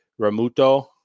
Ramuto